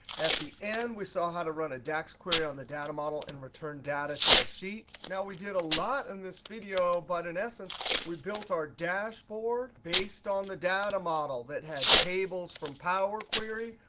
at the end, we saw how to run a dax query on the data model and return data to the sheet. now, we did a lot in this video. but in essence, we built our dashboard based on the data model that had tables from power query,